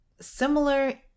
similar